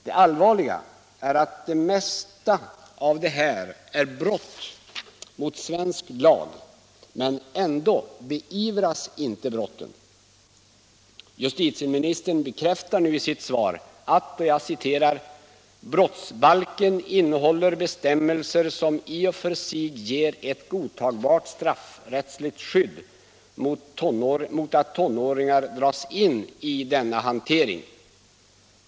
Det allvarliga är att det mesta av det här är brott mot svensk lag, men ändå inte beivras. Justitieministern bekräftar i sitt svar ”att brottsbalken innehåller bestämmelser, som i och för sig ger ett godtagbart straffrättsligt skydd mot att våra tonåringar dras in i denna hantering”.